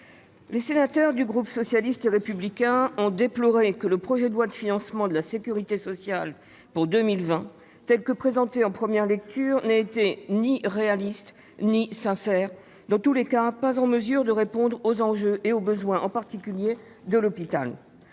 les sénateurs du groupe socialiste et républicain ont déploré que le projet de loi de financement de la sécurité sociale pour 2020, tel que présenté en première lecture, ne soit ni réaliste ni sincère et qu'il ne permette pas de répondre aux enjeux et aux besoins, en particulier ceux de l'hôpital.